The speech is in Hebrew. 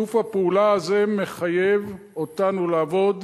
שיתוף הפעולה הזה מחייב אותנו לעבוד